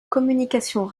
communication